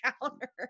counter